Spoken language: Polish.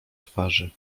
twarzy